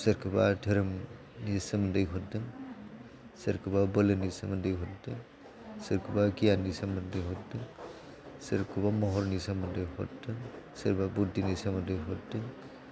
सोरखौबा धोरोमनि सोमोन्दै हरदों सोरखौबा बोलोनि सोमोन्दै हरदों सोरखौबा गियाननि सोमोन्दै हरदों सोरखौबा महरनि सोमोन्दै हरदों सोरखौबा बुद्धिनि सोमोन्दै हरदों